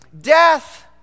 Death